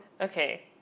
Okay